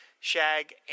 Shag